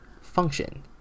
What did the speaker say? function